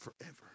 forever